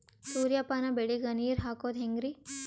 ಸೂರ್ಯಪಾನ ಬೆಳಿಗ ನೀರ್ ಹಾಕೋದ ಹೆಂಗರಿ?